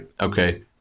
Okay